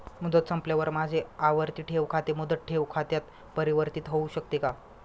मुदत संपल्यावर माझे आवर्ती ठेव खाते मुदत ठेव खात्यात परिवर्तीत होऊ शकते का?